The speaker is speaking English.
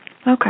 Okay